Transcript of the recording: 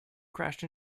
crashed